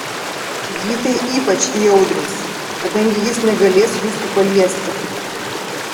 jį tai ypač įaudrins kadangi jis negalės jūsų paliesti